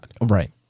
Right